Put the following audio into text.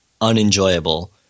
unenjoyable